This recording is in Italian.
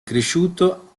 cresciuto